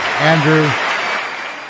Andrew